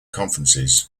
conferences